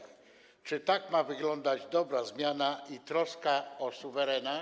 Czy tak ma wyglądać dobra zmiana i troska o suwerena?